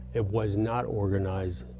it was not organized.